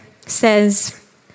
says